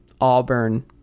Auburn